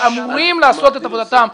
שאמורים לעשות את עבודתם,